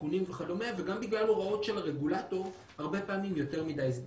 סיכונים וכדומה וגם בגלל הוראות של הרגולטור הרבה פעמים יותר מדי זמן.